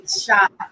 shot